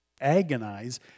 agonize